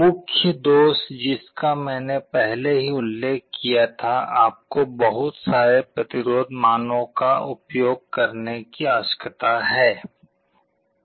मुख्य दोष जिसका मैंने पहले ही उल्लेख किया था आपको बहुत सारे प्रतिरोध मानों का उपयोग करने की आवश्यकता है